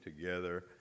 together